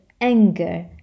anger